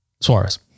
Suarez